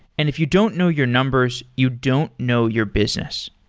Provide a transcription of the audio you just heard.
and if you don't know your numbers, you don't know your business.